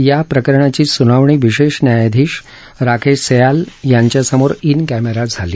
या प्रकरणाची सुनावणी विशेष न्यायाधीश राकेश सयाल यांच्यासमोर ज कॅमेरा झाली